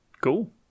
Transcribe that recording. Cool